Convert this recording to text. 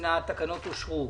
התקנות אושרו.